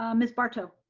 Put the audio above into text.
um miss barto.